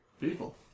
people